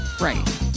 Right